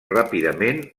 ràpidament